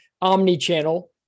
omni-channel